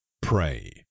pray